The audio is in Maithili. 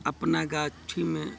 अपना गाछीमे